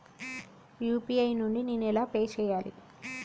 UPI నుండి నేను ఎలా పే చెయ్యాలి?